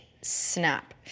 snap